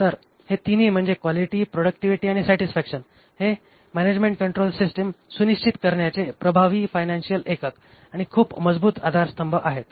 तर हे तिन्ही म्हणजे क्वालिटी प्रोडक्टिव्हिटी आणि सॅटिसफॅक्शन हेमॅनेजमेंट कंट्रोल सिस्टिम सुनिश्चित करण्याचे प्रभावी फायनान्शिअल एकक आणि खूप मजबूत आधारस्तंभ आहेत